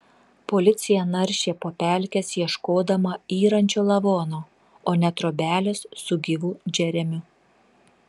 policija naršė po pelkes ieškodama yrančio lavono o ne trobelės su gyvu džeremiu